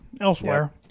elsewhere